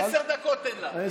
עשר דקות תן לה.